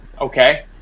Okay